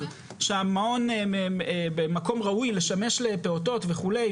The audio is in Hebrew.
שהמעון במקום ראוי לשמש לפעוטות וכולי,